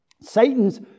Satan's